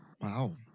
Wow